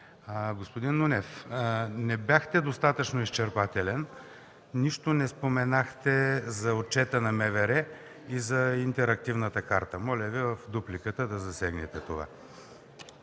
Господин Нунев, не бяхте достатъчно изчерпателен. Нищо не споменахте за отчета на МВР и за интерактивната карта. Моля Ви в дупликата да засегнете това.